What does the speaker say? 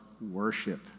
worship